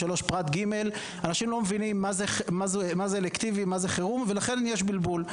(3) פרט ג' אנשים לא מבינים מה זה אלקטיבי ומה זה חירום ולכן יש בלבול.